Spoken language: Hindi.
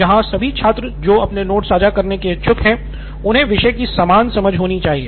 जहां सभी छात्र जो अपने नोट्स साझा करने के इच्छुक हैं उन्हें विषय की समान समझ होनी चाहिए